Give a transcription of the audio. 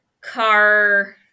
car